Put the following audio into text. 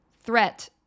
threat